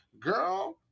Girl